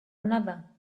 another